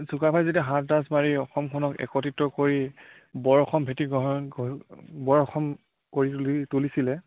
চুকাফাই যেতিয়া মাৰি অসমখনক একত্ৰিত কৰি বৰ অসম ভেটি বৰ অসম কৰি তুলি তুলিছিলে